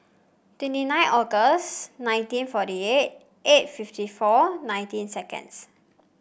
twenty nine August nineteen forty eight eight fifty four nineteen seconds